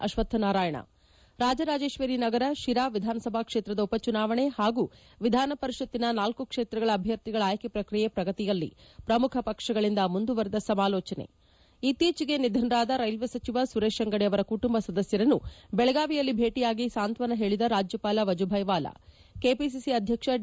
ಅಕ್ವಕ್ಕ ನಾರಾಯಣ ರಾಜರಾಜೇಶ್ವರಿ ನಗರ ಶಿರಾ ವಿಧಾನಸಭಾ ಕ್ಷೇತ್ರದ ಉಪಚುನಾವಣೆ ಹಾಗೂ ವಿಧಾನಪರಿಷತ್ತಿನ ನಾಲ್ಕ ಕ್ಷೇತ್ರಗಳ ಅಭ್ಯರ್ಥಿಗಳ ಆಯ್ಕೆ ಪ್ರಕ್ರಿಯೆ ಪ್ರಗತಿಯಲ್ಲಿ ಪ್ರಮುಖ ಪಕ್ಷಗಳಿಂದ ಮುಂದುವರೆದ ಸಮಾಲೋಚನೆ ಇತ್ತೀಚೆಗೆ ನಿಧನರಾದ ರೈಲ್ವೆ ಸಚಿವ ಸುರೇತ್ ಅಂಗಡಿ ಅವರ ಕುಟುಂಬ ಸದಸ್ಕರನ್ನು ಬೆಳಗಾವಿಯಲ್ಲಿ ಭೇಟಿಯಾಗಿ ಸಾಂತ್ವಾನ ಹೇಳಿದ ರಾಜ್ಯಪಾಲ ವಜುಭಾಯಿ ವಾಲಾ ಕೆಬಿಸಿಸಿ ಅಧ್ಯಕ್ಷ ಡಿ